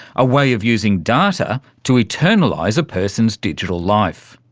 a way of using data to eternalise a person's digital life.